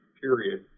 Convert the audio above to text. period